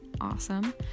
awesome